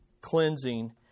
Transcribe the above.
cleansing